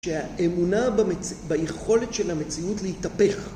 שהאמונה ביכולת של המציאות להתהפך